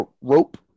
rope